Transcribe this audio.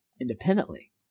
independently